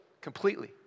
completely